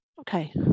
Okay